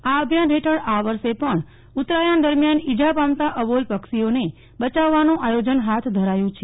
આ અભિયાન હેઠળ આ વર્ષે પણ ઉત્તરાયણ દરમિયાન ઈજા પામતા અબોલ પક્ષીઓના બચાવવાનું આયોજન હાથ ધરાયું છે